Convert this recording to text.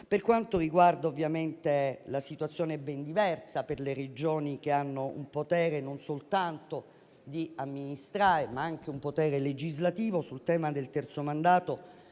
Per quanto riguarda la situazione ben diversa delle Regioni, che hanno un potere, non soltanto di amministrare, ma anche un potere legislativo, sul tema del terzo mandato,